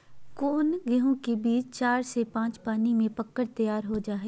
कौन गेंहू के बीज चार से पाँच पानी में पक कर तैयार हो जा हाय?